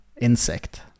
insect